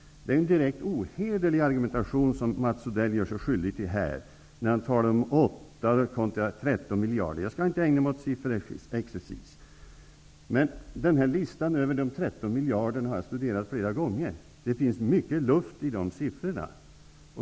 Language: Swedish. Det är en direkt ohederlig argumentation som Mats Odell gör sig skyldig till när han här talar om 8 resp. 13 miljarder. Jag skall inte ägna mig åt någon sifferexercis, men jag har flera gånger studerat listan över de 13 miljarderna, och det finns mycket luft i de siffrorna.